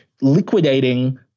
liquidating